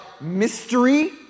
mystery